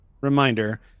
reminder